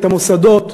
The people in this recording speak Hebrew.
את המוסדות,